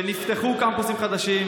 ונפתחו קמפוסים חדשים,